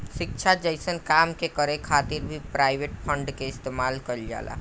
शिक्षा जइसन काम के करे खातिर भी प्राइवेट फंड के इस्तेमाल कईल जाला